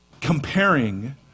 comparing